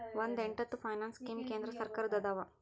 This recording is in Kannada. ಒಂದ್ ಎಂಟತ್ತು ಫೈನಾನ್ಸ್ ಸ್ಕೇಮ್ ಕೇಂದ್ರ ಸರ್ಕಾರದ್ದ ಅದಾವ